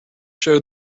showed